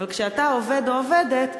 אבל כשאתה עובד או עובדת,